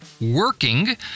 working